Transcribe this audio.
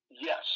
Yes